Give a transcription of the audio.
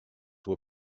were